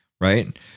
Right